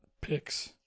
picks